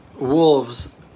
wolves